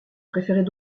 préférait